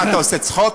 מה, אתה עושה צחוק?